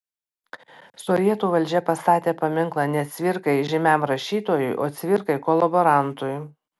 sovietų valdžia pastatė paminklą ne cvirkai žymiam rašytojui o cvirkai kolaborantui